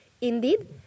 Indeed